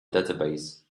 database